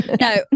no